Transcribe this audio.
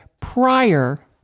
prior